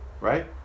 right